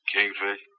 Kingfish